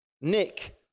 Nick